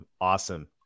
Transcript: Awesome